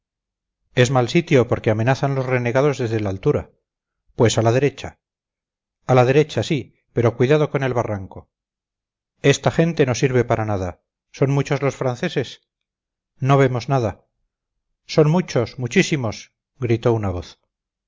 es mal sitio porque amenazan los renegados desde la altura pues a la derecha a la derecha sí pero cuidado con el barranco esta gente no sirve para nada son muchos los franceses no vemos nada son muchos muchísimos gritó una voz